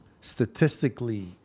statistically